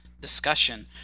discussion